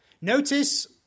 Notice